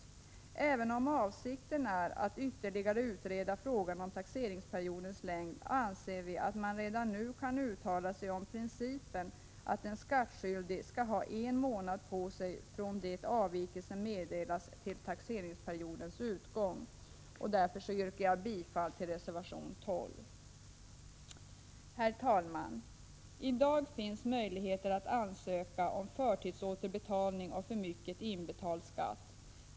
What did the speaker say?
Även om avsikten är att ytterligare utreda frågan om taxeringsperiodens längd, anser vi att man redan nu kan uttala sig om principen, att en skattskyldig skall ha en månad på sig från det avvikelse meddelas till taxeringsperiodens utgång. Av den anledningen yrkar jag bifall till reservation 12. Herr talman! I dag finns möjlighet att ansöka om förtidsåterbetalning av för mycket inbetald skatt.